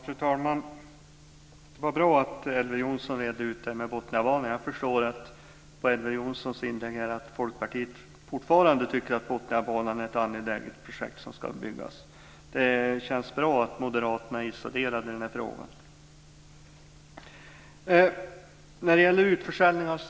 Fru talman! Det var bra att Elver Jonsson redde ut frågan om Botniabanan. Jag förstår av Elver Jonssons inlägg att Folkpartiet fortfarande tycker att Botniabanan är ett angeläget projekt, som ska genomföras. Det känns bra att moderaterna är isolerade i den frågan.